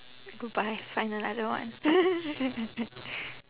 goodbye find another one